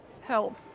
Help